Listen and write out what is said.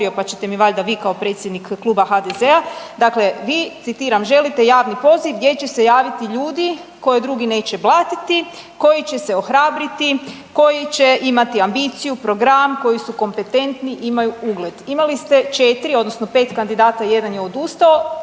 pa ćete mi valjda vi kao predsjednik Kluba HDZ-a. Dakle, vi citiram, želite javni poziv gdje će javiti ljudi koje drugi neće blatiti, koji će se ohrabriti, koji će imati ambiciju, program, koji su kompetentni, imaju ugled. Imali ste 4 odnosno 5 kandidata, jedan je odustao